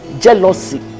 jealousy